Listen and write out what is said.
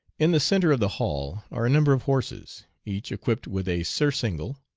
in the centre of the hall are a number of horses, each equipped with a surcingle,